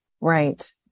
right